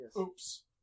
oops